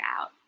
out